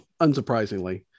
unsurprisingly